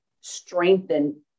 strengthen